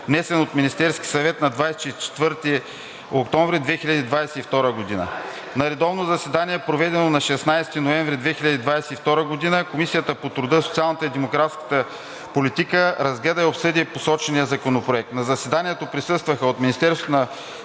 внесен от Министерския съвет на 24 октомври 2022 г. На редовно заседание, проведено на 16 ноември 2022 г., Комисията по труда, социалната и демографската политика разгледа и обсъди посочения законопроект. На заседанието присъстваха: от Министерството на